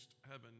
heaven